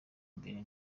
imbere